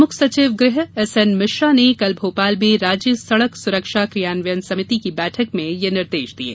प्रमुख सचिव गृह एस एन मिश्रा ने कल भोपाल में राज्य सड़क सुरक्षा क्रियान्वयन समिति की बैठक में ये निर्देष दिये